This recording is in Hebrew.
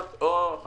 ובשורה התחתונה,